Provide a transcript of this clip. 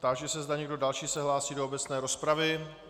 Táži se, zda někdo další se hlásí do obecné rozpravy.